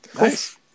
Nice